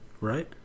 right